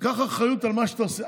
תיקח אחריות על מה שאתה עושה.